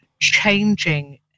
changing